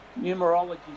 Numerology